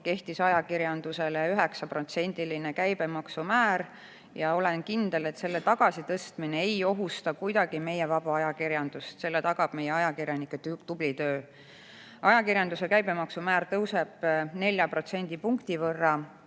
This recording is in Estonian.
kehtis ajakirjandusele 9%‑line käibemaksu määr, ja olen kindel, et selle tagasi tõstmine ei ohusta kuidagi meie vaba ajakirjandust. Selle tagab meie ajakirjanike tubli töö. Ajakirjanduse käibemaksu määr tõuseb 4 protsendipunkti võrra